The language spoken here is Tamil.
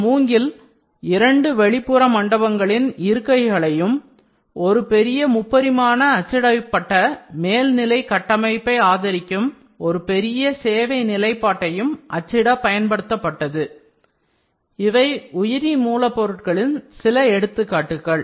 இந்த மூங்கில்இரண்டு வெளிப்புற மண்டபங்களின் இருக்கைகளையும் ஒரு பெரிய முப்பரிமாண அச்சிடப்பட்ட மேல்நிலை கட்டமைப்பை ஆதரிக்கும் ஒரு பெரிய சேவை நிலைப்பாட்டையும் அச்சிட பயன்படுத்தப்பட்டது இவை உயிரி மூலப்பொருட்களின் சில எடுத்துக்காட்டுகள்